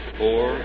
four